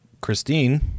Christine